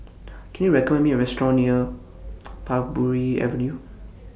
Can YOU recommend Me A Restaurant near Parbury Avenue